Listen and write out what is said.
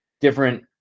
different